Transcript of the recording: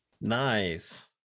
Nice